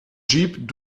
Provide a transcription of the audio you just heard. jeep